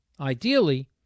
ideally